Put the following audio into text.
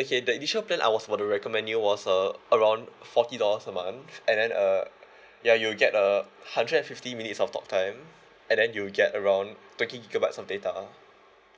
okay the initial plan I was about to recommend you was uh around forty dollars a month and then err ya you'll get a hundred and fifty minutes of talk time and then you'll get around thirty gigabytes of data